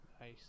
nice